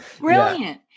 Brilliant